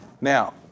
Now